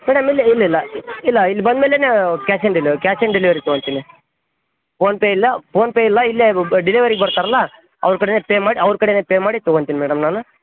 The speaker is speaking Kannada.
ಮೇಡಮ್ ಇಲ್ಲೆ ಇಲ್ಲೆಲ್ಲ ಇಲ್ಲ ಇಲ್ಲಿ ಬಂದ್ಮೇಲೆನೆ ಕ್ಯಾಶ್ ಆ್ಯಂಡ್ ಡೇಲ್ ಕ್ಯಾಶ್ ಆ್ಯಂಡ್ ಡೆಲಿವರಿ ತಗೋತಿನಿ ಪೋನ್ ಪೇ ಇಲ್ಲ ಪೋನ್ ಪೇ ಇಲ್ಲ ಇಲ್ಲೇ ಬ ಡಿಲೆವರಿಗೆ ಬರ್ತಾರಲ್ಲ ಅವ್ರ ಕಡೆನೇ ಪೇ ಮಾಡಿ ಅವ್ರ ಕಡೆನೇ ಪೇ ಮಾಡಿ ತೊಗೋತೀನಿ ಮೇಡಮ್ ನಾನು